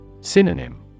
Synonym